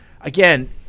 Again